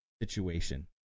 situation